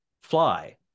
fly